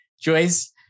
Joyce